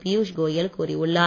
பியுஷ் கோயல் கூறியுள்ளார்